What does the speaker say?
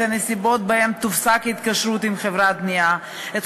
את הנסיבות שבהן תופסק ההתקשרות עם חברת הגבייה ואת